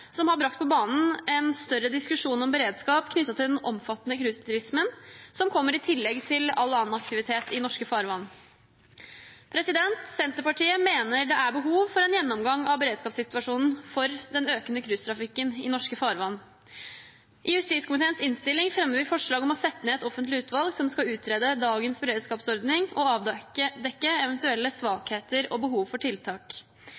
som har brakt på banen en større diskusjon om beredskap knyttet til den omfattende cruiseturismen som kommer i tillegg til all annen aktivitet i norske farvann. Senterpartiet mener det er behov for en gjennomgang av beredskapssituasjonen for den økende cruisetrafikken i norske farvann. I justiskomiteens innstilling fremmer vi forslag om å sette ned et offentlig utvalg som skal utrede dagens beredskapsordning og avdekke eventuelle svakheter og behov for tiltak.